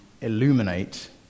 illuminate